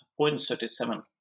0.37